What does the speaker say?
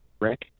Rick